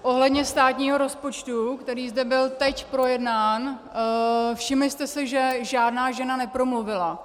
Ohledně státního rozpočtu, který zde byl teď projednán všimli jste si, že žádná žena nepromluvila?